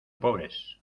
pobres